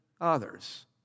others